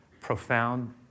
profound